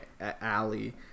alley